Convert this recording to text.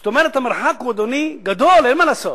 זאת אומרת, המרחק, אדוני, אין מה לעשות,